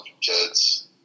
kids